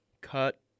Cut